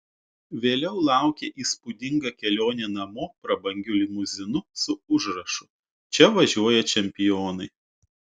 vėliau laukė įspūdinga kelionė namo prabangiu limuzinu su užrašu čia važiuoja čempionai